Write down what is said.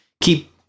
keep